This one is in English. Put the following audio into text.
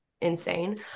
insane